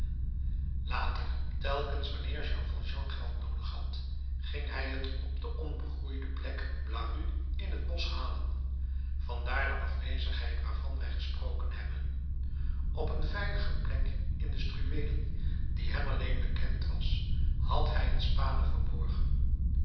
later telkens wanneer jean valjean geld noodig had ging hij het op de onbegroeide plek blaru in het bosch halen vandaar de afwezigheid waarvan wij gesproken hebben op een veilige plek in de struweelen die hem alleen bekend was had hij een spade verborgen